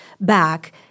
back